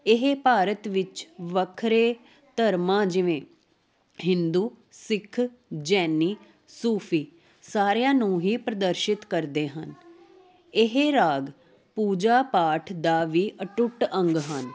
ਇਹ ਭਾਰਤ ਵਿੱਚ ਵੱਖਰੇ ਧਰਮਾਂ ਜਿਵੇਂ ਹਿੰਦੂ ਸਿੱਖ ਜੈਨੀ ਸੂਫ਼ੀ ਸਾਰਿਆਂ ਨੂੰ ਹੀ ਪ੍ਰਦਰਸ਼ਿਤ ਕਰਦੇ ਹਨ ਇਹ ਰਾਗ ਪੂਜਾ ਪਾਠ ਦਾ ਵੀ ਅਟੁੱਟ ਅੰਗ ਹਨ